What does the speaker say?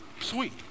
Sweet